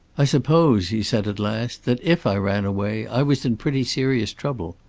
i suppose, he said at last, that if i ran away i was in pretty serious trouble.